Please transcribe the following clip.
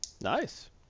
Nice